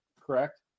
Correct